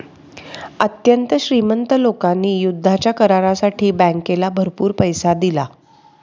अत्यंत श्रीमंत लोकांनी युद्धाच्या करारासाठी बँकेला भरपूर पैसा दिला